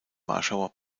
warschauer